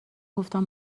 گفتم